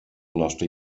nostre